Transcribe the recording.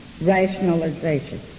rationalization